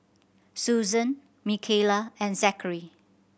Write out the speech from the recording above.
Susan Micayla and Zackary